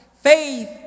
faith